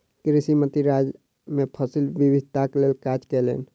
कृषि मंत्री राज्य मे फसिल विविधताक लेल काज कयलैन